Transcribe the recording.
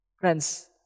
Friends